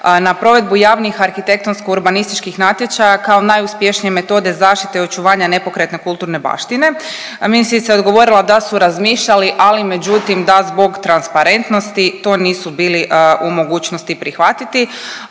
na provedbu javnih arhitektonsko urbanističkih natječaja kao najuspješnije metode zaštite i očuvanja nepokretne kulturne baštine. Ministrica je odgovorila da su razmišljali ali međutim da zbog transparentnosti to nisu bili u mogućnosti prihvatiti.